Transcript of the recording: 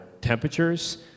temperatures